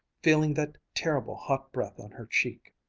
feeling that terrible hot breath on her cheek.